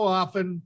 often